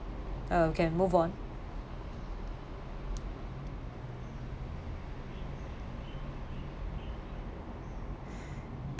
uh can move on